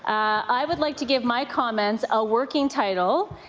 i would like to give my comments a working title.